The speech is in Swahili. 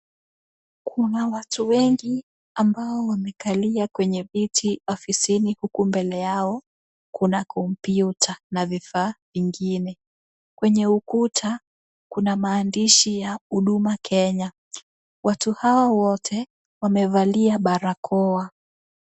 Kuna watu wengi ambao wamekalia kwenye viti ofisini huku mbele yao kuna kompyuta na vifaa vingine. Kwenye ukuta kuna maandishi ya huduma Kenya. Watu hao wote, wamevalia barakoa.